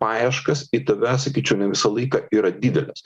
paieškas į tave sakyčiau ne visą laiką yra didelės